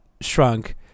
shrunk